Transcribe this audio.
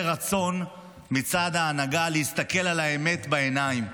רצון מצד ההנהגה להסתכל על האמת בעיניים.